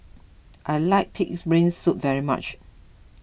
I like Pig's Brain Soup very much